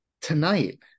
tonight